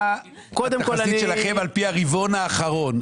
מה התחזית שלכם על-פי הרבעון האחרון?